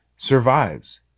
survives